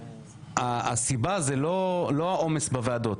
הסיבה היא לא העומס בוועדות.